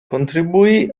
contribuì